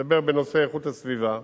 אני מדבר בנושא איכות הסביבה,